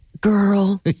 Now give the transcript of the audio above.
girl